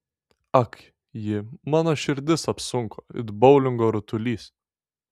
ak ji mano širdis apsunko it boulingo rutulys